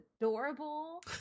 adorable